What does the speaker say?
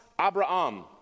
abraham